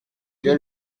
j’ai